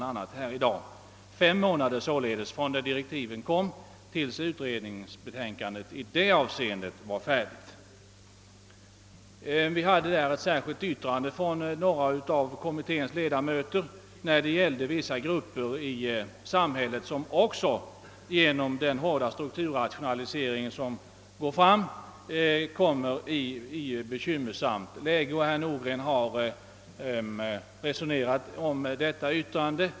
Det dröjde således endast fem månader från det direktiven gavs till dess utredningens betänkande i det avseendet var färdigt. Det fanns ett särskilt yttrande från någ ra av kommitténs ledamöter när det gällde vissa grupper i samhället, som också genom den hårda strukturrationaliseringen försätts i ett bekymmersamt läge. Herr Nordgren har resonerat om detta yttrande.